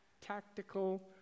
tactical